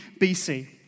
BC